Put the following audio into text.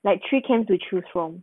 like three camp to choose from